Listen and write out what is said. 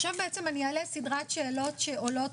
עכשיו אני אעלה סדרת שאלות שעולות